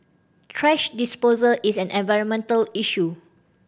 thrash disposal is an environmental issue